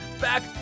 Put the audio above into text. back